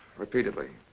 repeatedly.